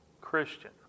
Christian